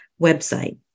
website